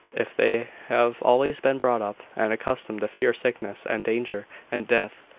if they have always been brought up and accustomed to fear sickness, and danger, and death,